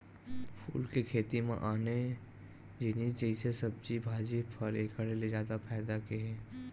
फूल के खेती म आने जिनिस जइसे सब्जी भाजी, फर एखर ले जादा फायदा के हे